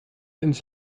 ins